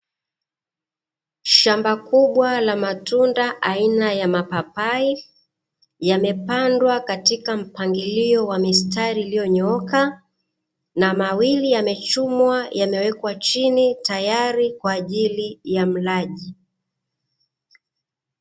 Shamba kubwa la matunda aina ya mapapai yamepandwa katika mpangilio wa mistari iliyonyooka, na mawili yamechumwa yamewekwa chini tayari kwa ajili ya mlaji.